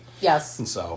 Yes